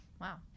Wow